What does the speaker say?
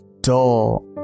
dull